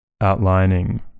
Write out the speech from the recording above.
outlining